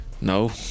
no